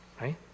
Right